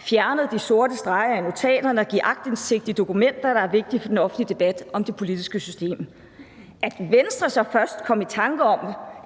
fjernet de sorte streger i notaterne og give aktindsigt i dokumenter, der er vigtige for den offentlige debat om det politiske system. Lad det så bare være, at Venstre først kom i tanke om,